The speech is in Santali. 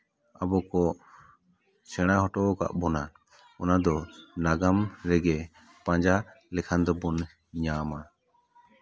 ᱟᱵᱚ ᱠᱚ ᱥᱮᱬᱟ ᱦᱚᱴᱚ ᱟᱠᱟᱫ ᱵᱚᱱᱟ ᱚᱱᱟ ᱫᱚ ᱱᱟᱜᱟᱢ ᱨᱮᱜᱮ ᱯᱟᱸᱡᱟ ᱞᱮᱠᱷᱟᱱ ᱫᱚᱵᱚᱱ ᱧᱟᱢᱟ